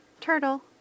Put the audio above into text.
turtle